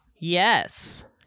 Yes